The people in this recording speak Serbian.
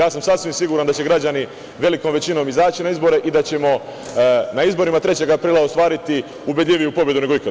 Sasvim sam siguran da će građani velikom većinom izaći na izbore i da ćemo na izborima 3. aprila ostvariti ubedljiviju pobedu nego ikad.